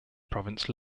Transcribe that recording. province